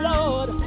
Lord